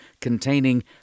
containing